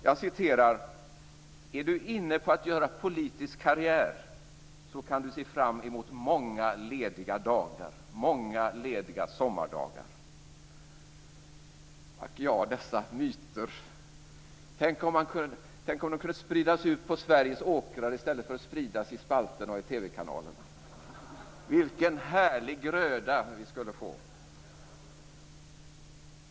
Man skriver: "Är du inne på att göra politisk karriär så kan du se fram emot många lediga sommardagar." Ack ja, dessa myter. Tänk om de kunde spridas ut på Sveriges åkrar i stället för att spridas i spalterna och i TV-kanalerna. Vilken härlig gröda vi skulle få.